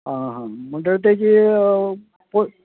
आं हा म्हणटगीर तेजी प